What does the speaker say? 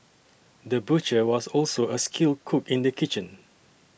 the butcher was also a skilled cook in the kitchen